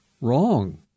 Wrong